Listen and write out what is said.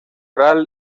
oral